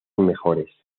mejores